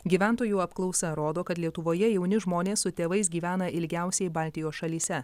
gyventojų apklausa rodo kad lietuvoje jauni žmonės su tėvais gyvena ilgiausiai baltijos šalyse